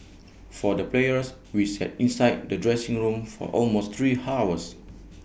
for the players we sat inside the dressing room for almost three hours